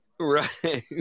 Right